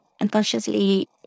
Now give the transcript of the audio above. unconsciously